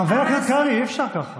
חבר הכנסת קרעי, אי-אפשר ככה.